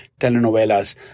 telenovelas